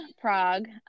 Prague